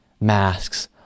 masks